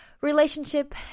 relationship